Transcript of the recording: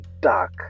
dark